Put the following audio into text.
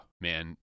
man